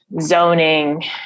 zoning